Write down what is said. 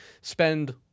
spend